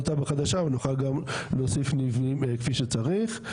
תב"ע חדשה ונוכל להוסיף מבנים כמו שצריך.